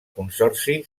consorci